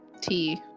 tea